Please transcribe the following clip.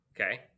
Okay